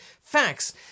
facts